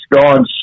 God's